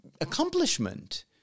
accomplishment